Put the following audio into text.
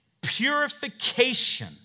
purification